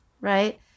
right